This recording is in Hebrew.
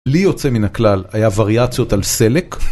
לי, יוצא מן הכלל, היה וריאציות על סלק.